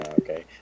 Okay